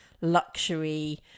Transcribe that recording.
luxury